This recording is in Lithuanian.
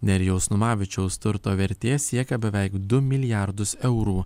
nerijaus numavičiaus turto vertė siekia beveik du milijardus eurų